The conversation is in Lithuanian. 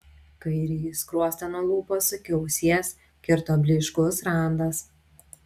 kairįjį skruostą nuo lūpos iki ausies kirto blyškus randas